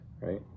Right